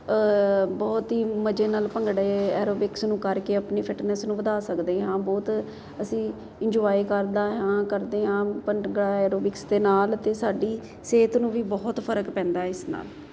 ਬਹੁਤ ਹੀ ਮਜ਼ੇ ਨਾਲ ਭੰਗੜਾ ਐਰੋਬਿਕਸ ਨੂੰ ਕਰਕੇ ਆਪਣੀ ਫਿਟਨੈਸ ਨੂੰ ਵਧਾ ਸਕਦੇ ਹਾਂ ਬਹੁਤ ਅਸੀਂ ਇੰਜੋਏ ਕਰਦੇ ਹਾਂ ਕਰਦੇ ਹਾਂ ਭੰਗੜਾ ਐਰੋਬਿਕਸ ਦੇ ਨਾਲ ਅਤੇ ਸਾਡੀ ਸਿਹਤ ਨੂੰ ਵੀ ਬਹੁਤ ਫਰਕ ਪੈਂਦਾ ਇਸ ਨਾਲ